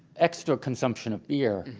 extra consumption of beer,